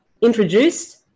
introduced